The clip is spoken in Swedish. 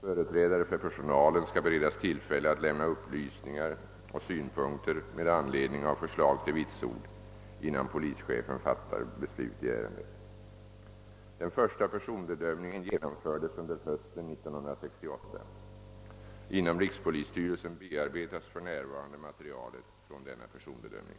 Företrädare för personalen skall beredas tillfälle att lämna synpunkter och upplysningar med anledning av förslag till vitsord, innan polischefen beslutar i ärendet. Den första personbedömningen genomfördes under hösten 1968. Inom rikspolisstyrelsen bearbetas för närvarande materialet från denna personbedömning.